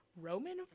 Roman